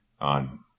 on